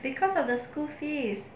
because of the school fees